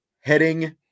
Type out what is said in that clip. heading